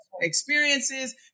experiences